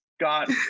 got